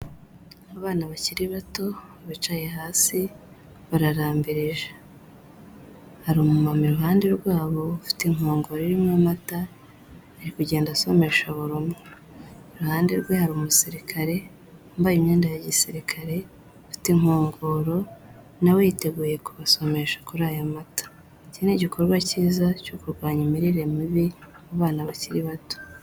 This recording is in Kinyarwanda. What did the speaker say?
Abana bakiri bato bicaye hasi bararambirije. Hari umumama iruhande rwabo, afite inkongoro irimo amata ari kugenda asomesha buri umwe. Iruhande rwe, hari umusirikare wambaye imyenda ya gisirikare, ufite inkongoro, na we yiteguye kubasomesha kuri aya mata. Iki ni igikorwa cyiza cyo kurwanya imirire mibi mu bana bakiri bato.